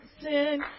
sin